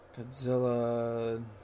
Godzilla